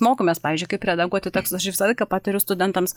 mokomės pavyzdžiui kaip redaguoti tekstą aš visą laiką patariu studentams